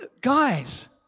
Guys